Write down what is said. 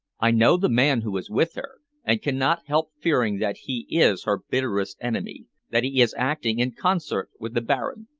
i know the man who is with her, and cannot help fearing that he is her bitterest enemy that he is acting in concert with the baron.